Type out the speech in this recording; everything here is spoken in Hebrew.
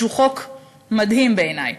שהוא חוק מדהים בעיני,